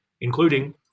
including –